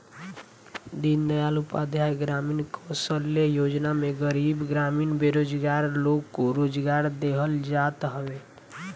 दीनदयाल उपाध्याय ग्रामीण कौशल्य योजना में गरीब ग्रामीण बेरोजगार लोग को रोजगार देहल जात हवे